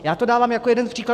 Já to dávám jako jeden z příkladů.